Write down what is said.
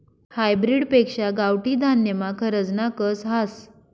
hybrid पेक्शा गावठी धान्यमा खरजना कस हास